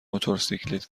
موتورسیکلت